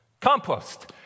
Compost